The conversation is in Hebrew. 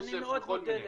יוסף וכל מיני,